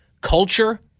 culture